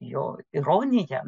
jo ironiją